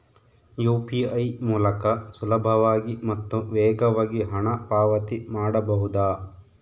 UPI ಮೂಲಕ ಸುಲಭವಾಗಿ ಮತ್ತು ವೇಗವಾಗಿ ಹಣ ಪಾವತಿ ಮಾಡಬಹುದಾ?